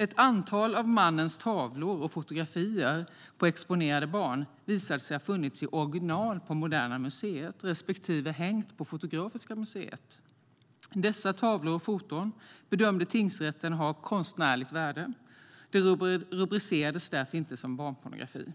Ett antal av mannens tavlor och fotografier på exponerade barn visade sig ha funnits i original på Moderna museet respektive hängt på Fotografiska museet. Dessa tavlor och foton bedömde tingsrätten ha konstnärligt värde, och de rubricerades därför inte som barnpornografi.